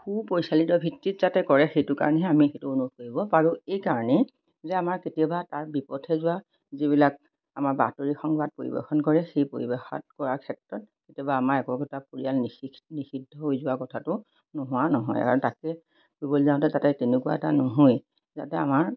সুপৰিচালিত ভিত্তিত যাতে কৰে সেইটো কাৰণেহে আমি সেইটো অনুভৱ কৰিব পাৰোঁ এইকাৰণেই যে আমাৰ কেতিয়াবা তাৰ বিপথে যোৱা যিবিলাক আমাৰ বাতৰি সংবাদ পৰিৱেশন কৰে সেই পৰিৱেশন কৰাৰ ক্ষেত্ৰত কেতিয়াবা আমাৰ একো একোটা পৰিয়াল নিশি নিষিদ্ধ হৈ যোৱা কথাটো নোহোৱা নহয় আৰু তাকে কৰিবলৈ যাওঁতে যাতে তেনেকুৱা এটা নহয় যাতে আমাৰ